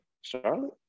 Charlotte